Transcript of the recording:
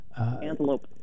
Antelope